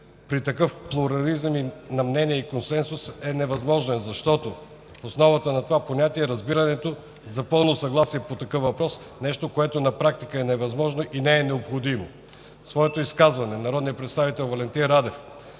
при такъв плурализъм на мнения консенсус е невъзможен, защото в основата на това понятие е разбирането за пълно съгласие по всякакъв въпрос – нещо, което на практика е невъзможно и не е необходимо. В своето изказване народният представител Валентин Радев